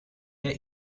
der